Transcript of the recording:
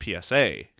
PSA